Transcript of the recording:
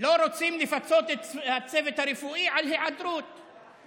לא רוצים לפצות את הצוות הרפואי על היעדרות,